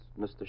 Mr